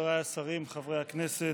חבריי השרים, חברי הכנסת,